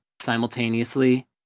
simultaneously